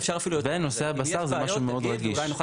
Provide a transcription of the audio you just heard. ונושא הבשר זה משהו רגיש.